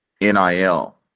NIL